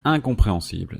incompréhensible